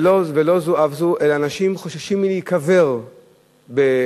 ולא זו אף זו, אנשים חוששים להיקבר בהר-הזיתים.